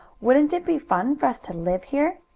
wouldn't it be fun for us to live here?